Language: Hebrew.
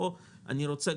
פה אני רוצה,